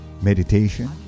meditation